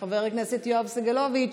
חבר הכנסת יואב סגלוביץ'